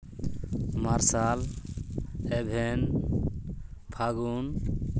ᱢᱟᱨᱥᱟᱞ ᱮᱵᱷᱮᱱ ᱯᱷᱟᱹᱜᱩᱱ